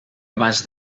abans